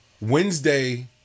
Wednesday